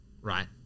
right